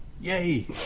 yay